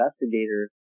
investigator